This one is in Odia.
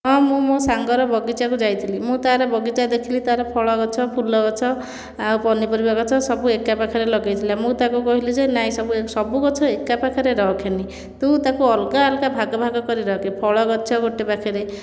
ହଁ ମୁଁ ମୋ ସାଙ୍ଗର ବଗିଚାକୁ ଯାଇଥିଲି ମୁଁ ତା'ର ବଗିଚା ଦେଖିଲି ତାର ଫଳ ଗଛ ଫୁଲ ଗଛ ଆଉ ପନିପରିବା ଗଛ ସବୁ ଏକା ପାଖରେ ଲଗେଇଥିଲା ମୁଁ ତାକୁ କହିଲି ଯେ ନାଇଁ ସବୁ ଗଛ ଏକା ପାଖରେ ରଖେନି ତୁ ତାକୁ ଅଲଗା ଅଲଗା ଭାଗ ଭାଗ କରିକି ରଖ ଫଳ ଗଛ ଗୋଟିଏ ପାଖରେ